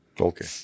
Okay